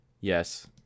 Yes